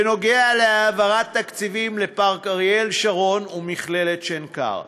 בנוגע להעברת תקציבים לפארק אריאל שרון ולמכללת שנקר.